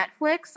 Netflix